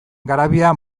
garabia